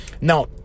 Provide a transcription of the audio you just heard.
Now